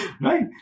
Right